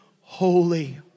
holy